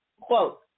quote